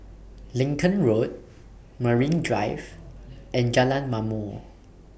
Lincoln Road Marine Drive and Jalan Ma'mor